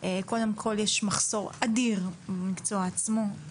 קודם כל יש מחסור אדיר במקצוע עצמו,